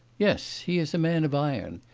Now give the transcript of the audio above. yes. he is a man of iron.